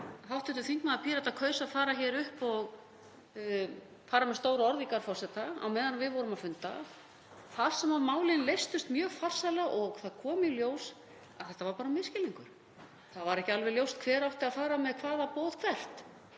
þegar hv. þingmaður Pírata kaus að fara hér upp og hafa stór orð í garð forseta á meðan við vorum að funda þar sem málin leystust mjög farsællega. Það kom í ljós að þetta var bara misskilningur. Það var ekki alveg ljóst hver átti að fara með hvaða boð hvert